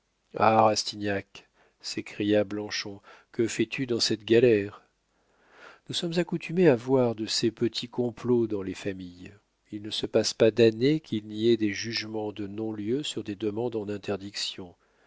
rastignac s'écria bianchon que fais-tu dans cette galère nous sommes accoutumés à voir de ces petits complots dans les familles il ne se passe pas d'année qu'il n'y ait des jugements de non-lieu sur des demandes en interdiction